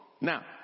Now